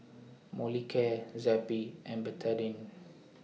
Molicare Zappy and Betadine